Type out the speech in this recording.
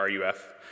RUF